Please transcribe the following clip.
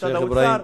ממשרד האוצר,